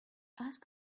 ask